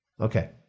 Okay